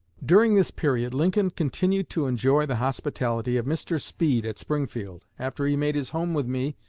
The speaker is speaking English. during this period lincoln continued to enjoy the hospitality of mr. speed at springfield. after he made his home with me,